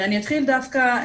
אני אתחיל מהתחלה.